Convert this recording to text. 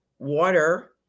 water